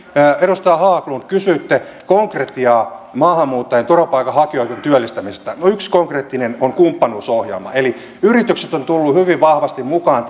edustaja haglund kysyitte konkretiaa maahanmuuttajien turvapaikanhakijoiden työllistämisestä no yksi konkreettinen on kumppanuusohjelma eli yritykset ovat tulleet hyvin vahvasti mukaan